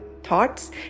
thoughts